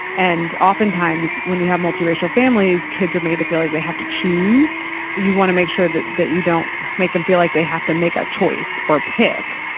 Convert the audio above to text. and oftentimes when you have multiracial families, kids are made to feel like they have to choose who you want to make sure that that you don't make them feel like they have to make a choice or pick.